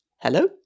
hello